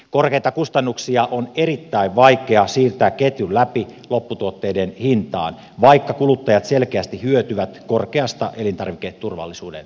korkeita kustannuksia on erittäin vaikeata siirtää ketjun läpi lopputuotteen hintaan vaikka kuluttajat selkeästi hyötyvät korkeasta elintarviketurvallisuuden tasosta